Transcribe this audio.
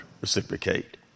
reciprocate